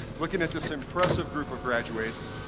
looking at this impressive group of graduates,